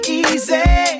easy